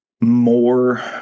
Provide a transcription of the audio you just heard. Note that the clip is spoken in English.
more